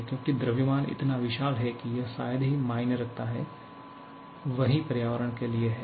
क्योंकि द्रव्यमान इतना विशाल है कि यह शायद ही मायने रखता है वही पर्यावरण के लिए है